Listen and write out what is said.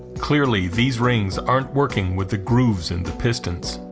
clearly these rings aren't working with the grooves in the pistons